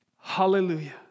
Hallelujah